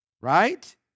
right